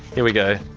here we go